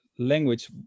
language